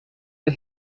the